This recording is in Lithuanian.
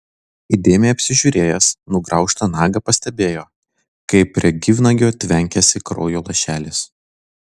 įdėmiai apžiūrėjęs nugraužtą nagą pastebėjo kaip prie gyvnagio tvenkiasi kraujo lašelis